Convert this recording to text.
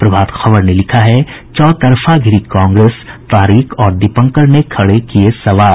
प्रभात खबर ने लिखा है चौतरफा धिरी कांग्रेस तारिक और दीपंकर ने खड़े किये सवाल